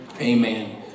Amen